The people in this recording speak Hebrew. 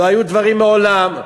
לא היו דברים מעולם.